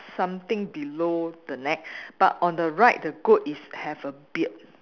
something below the neck but on the right the goat is have a beard